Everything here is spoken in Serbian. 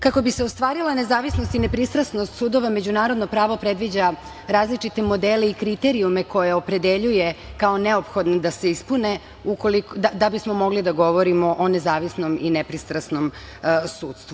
Kako bi se ostvarila nezavisnost i nepristrasnost sudova, međunarodno pravo predviđa različite modele i kriterijume koje opredeljuje kao neophodne da se ispune da bismo mogli da govorimo o nezavisnom i nepristrasnom sudstvu.